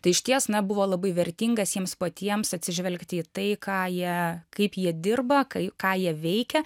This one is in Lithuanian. tai išties na buvo labai vertingas jiems patiems atsižvelgti į tai ką jie kaip jie dirba kai ką jie veikia